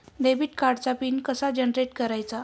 Debit कार्डचा PIN कसा generate करायचा?